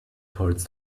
towards